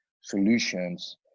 solutions